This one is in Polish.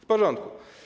W porządku.